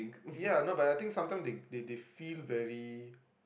ya no but I think sometimes they they they feel very